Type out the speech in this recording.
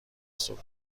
صبح